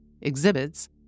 Exhibits